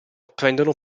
prendono